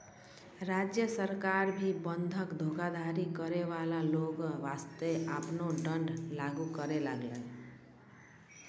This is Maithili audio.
राज्य सरकार भी बंधक धोखाधड़ी करै बाला लोगो बासतें आपनो दंड लागू करै लागलै